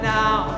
now